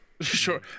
Sure